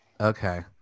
Okay